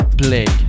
play